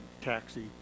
Taxi